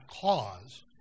cause